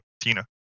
tina